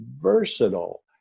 versatile